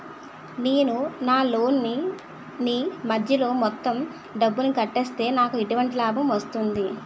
నేను నా లోన్ నీ మధ్యలో మొత్తం డబ్బును కట్టేస్తే నాకు ఎటువంటి లాభం వస్తుంది?